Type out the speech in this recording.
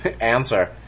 answer